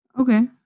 Okay